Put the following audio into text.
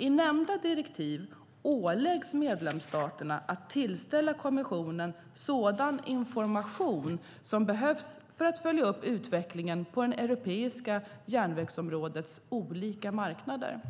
I nämnda direktiv åläggs medlemsstaterna att tillställa kommissionen sådan information som behövs för att följa upp utvecklingen på det europeiska järnvägsområdets olika marknader.